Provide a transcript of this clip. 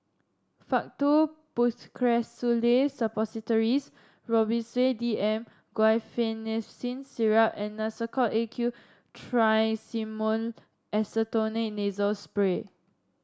Faktu Policresulen Suppositories Robitussin D M Guaiphenesin Syrup and Nasacort A Q Triamcinolone Acetonide Nasal Spray